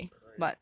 (uh huh) then